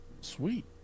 Sweet